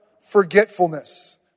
forgetfulness